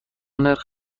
نرخ